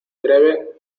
breve